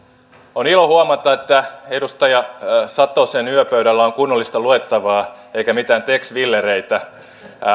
on ilo huomata että edustaja satosen yöpöydällä on kunnollista luettavaa eikä mitään tex willereitä